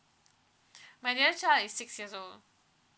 my the other child is six years old